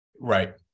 Right